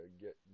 get